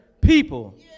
people